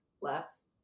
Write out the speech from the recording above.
less